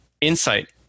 insight